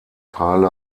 teile